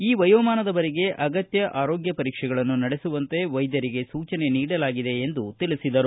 ಈ ವಯೋಮಾನದವರಿಗೆ ಅಗತ್ಯ ಆರೋಗ್ಯ ಪರೀಕ್ಷೆಗಳನ್ನು ನಡೆಸುವಂತೆ ವೈದ್ಯರಿಗೆ ಸೂಚನೆ ನೀಡಲಾಗಿದೆ ಎಂದು ತಿಳಿಸಿದರು